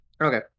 Okay